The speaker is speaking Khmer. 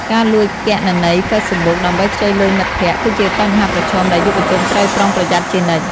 ការលួចគណនី Facebook ដើម្បីខ្ចីលុយមិត្តភក្តិ គឺជាបញ្ហាប្រឈមដែលយុវជនត្រូវប្រុងប្រយ័ត្នជានិច្ច។